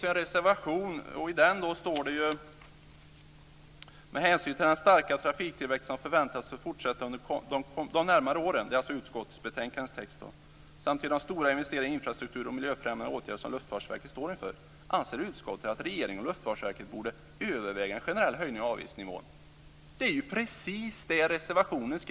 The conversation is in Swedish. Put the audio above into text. Herr talman! Utskottet skriver i betänkandet: "Med hänsyn till den starka trafiktillväxten, som förväntas fortsätta under de närmare åren, samt till de stora investeringar i infrastruktur och miljöfrämjande åtgärder som Luftfartsverket står inför, anser utskottet att regeringen och Luftfartsverket borde överväga en generell höjning av avgiftsnivån." Det är ju precis det vi skriver i reservationen!